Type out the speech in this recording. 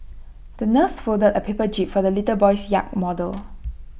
the nurse folded A paper jib for the little boy's yacht model